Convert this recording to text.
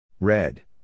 Red